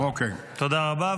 תודה רבה.